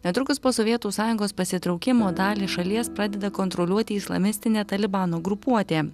netrukus po sovietų sąjungos pasitraukimo dalį šalies pradeda kontroliuoti islamistinė talibano grupuotė